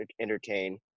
entertain